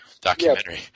documentary